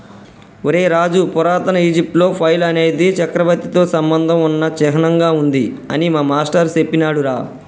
ఒరై రాజు పురాతన ఈజిప్టులో ఫైల్ అనేది చక్రవర్తితో సంబంధం ఉన్న చిహ్నంగా ఉంది అని మా మాష్టారు సెప్పినాడురా